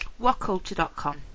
whatculture.com